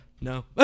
No